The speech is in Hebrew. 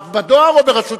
בדואר או ברשות המסים?